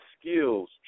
skills